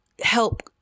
help